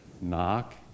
Knock